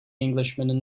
englishman